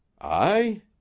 I